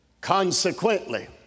Consequently